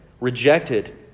rejected